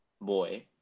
boy